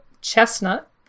Chestnut